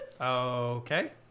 Okay